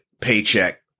paycheck